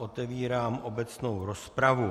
Otevírám obecnou rozpravu.